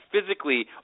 physically